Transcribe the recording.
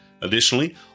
Additionally